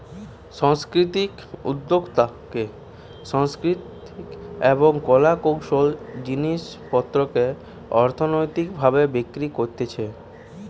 সাংস্কৃতিক উদ্যোক্তাতে সাংস্কৃতিক এবং কলা কৌশলের জিনিস পত্রকে অর্থনৈতিক ভাবে বিক্রি করতিছে